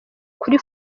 kuri